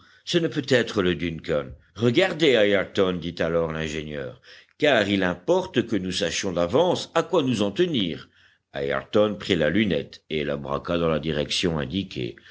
ce ne peut être le duncan regardez ayrton dit alors l'ingénieur car il importe que nous sachions d'avance à quoi nous en tenir ayrton prit la lunette et la braqua dans la direction indiquée